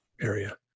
area